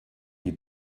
die